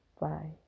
bye